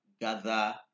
gather